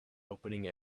opening